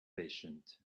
patient